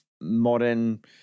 modern